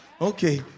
Okay